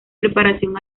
preparación